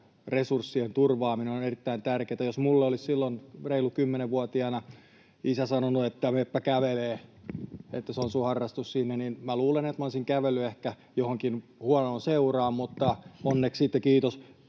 resurssien turvaaminen ovat erittäin tärkeitä. Jos minulle olisi silloin reilu 10-vuotiaana isä sanonut, että menepä kävelemään, että se on sinun harrastus, niin minä luulen, että minä olisin kävellyt ehkä johonkin huonoon seuraan, mutta onneksi — siitä kiitos